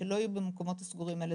שלא יהיו במקומות הסגורים האלה.